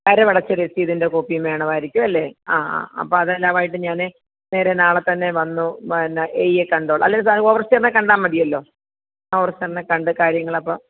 കരം അടച്ച രസീതിൻ്റെ കോപ്പിയും വേണമായിരിക്കും അല്ലേ ആ ആ അപ്പോൾ അതെല്ലാവായിട്ട് ഞാൻ നേരെ നാളെത്തന്നെ വന്നു പിന്നെ എ ഈയെ കണ്ടോളാം അല്ലെങ്കിൽ സാർ ഓവർസീയറിനെ കണ്ടാൽ മതിയല്ലോ ഓവർസീയറിനെ കണ്ട് കാര്യങ്ങളപ്പോൾ